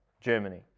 Germany